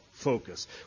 focus